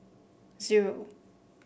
zero